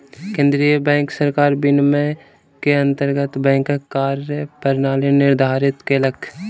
केंद्रीय बैंक सरकार विनियम के अंतर्गत बैंकक कार्य प्रणाली निर्धारित केलक